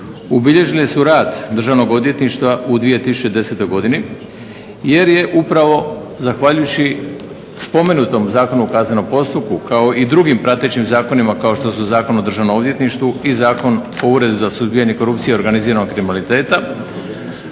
ubilježili su rad državnog odvjetništva u 2010. godini jer je upravo zahvaljujući spomenutom Zakonu o kaznenom postupku kao i drugim pratećim zakonima kao što su Zakon o državnom odvjetništvu i Zakon o Uredu za suzbijanje korupcije i organiziranog kriminaliteta